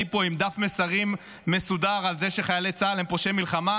לפה עם דף מסרים מסודר על זה שחיילי צה"ל הם פושעי מלחמה: